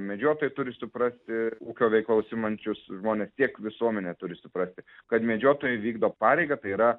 medžiotojai turi suprasti ūkio veikla užsiimančius žmones tiek visuomenė turi suprasti kad medžiotojai vykdo pareigą tai yra